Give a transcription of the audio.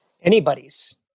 anybody's